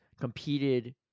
competed